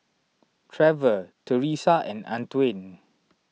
Trevor Teresa and Antwain